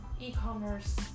e-commerce